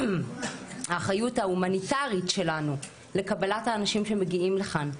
האחריות ההומניטרית שלנו לקבלת האנשים שמגיעים לכאן.